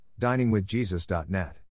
DiningWithJesus.net